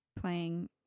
playing